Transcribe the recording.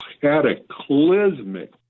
cataclysmic